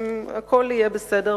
הכול יהיה בסדר,